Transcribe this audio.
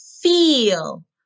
feel